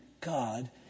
God